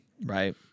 right